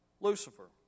Lucifer